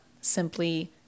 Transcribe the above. simply